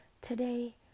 Today